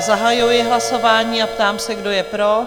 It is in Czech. Zahajuji hlasování a ptám se, kdo je pro?